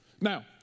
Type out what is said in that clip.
Now